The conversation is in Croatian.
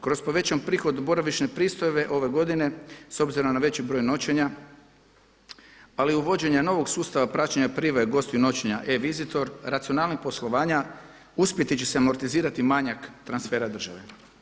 Kroz povećan prihod boravišne pristojbe ove godine s obzirom na veći broj noćenja ali i uvođenja novog sustava praćenje prijave gostiju noćenja e-visitor, racionalnošću poslovanja uspjeti će se amortizirati manjak transfera države.